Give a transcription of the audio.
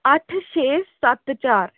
अट्ठ छे सत्त चार